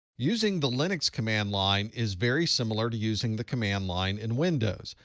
using the linux command line is very similar to using the command line in windows.